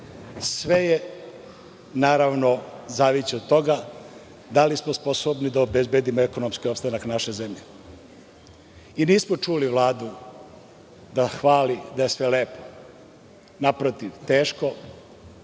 sve je naravno zavisući od toga da li smo sposobni da obezbedimo ekonomski opstanak naše zemlje. Nismo čuli Vladu da hvali da je sve lepo. Naprotiv, da